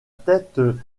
tête